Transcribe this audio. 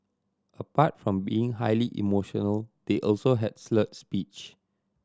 apart from being highly emotional they also had slurred speech